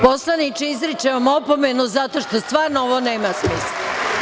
Poslaniče, izričem vam opomenu zato što stvarno ovo nema smisla.